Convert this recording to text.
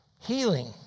healing